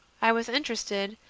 i was interested,